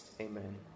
amen